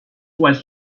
was